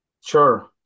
Sure